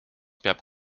peab